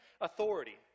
authority